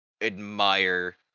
admire